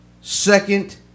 Second